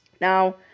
Now